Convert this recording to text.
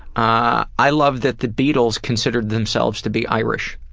ah i love that the beatles considered themselves to be irish.